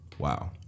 Wow